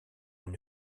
une